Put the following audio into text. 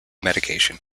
medication